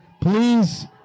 Please